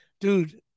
dude